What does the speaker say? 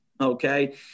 okay